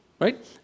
right